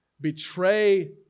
betray